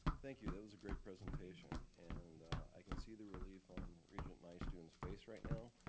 thank you. that was a great presentation. and i can see the relief on regent nystuen face right now